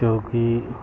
چونکہ